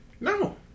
No